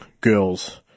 girls